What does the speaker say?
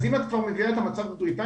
אז אם את כבר מביאה את המצב בבריטניה,